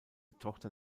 tochter